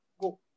go